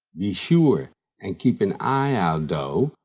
be sure and keep an eye out, though,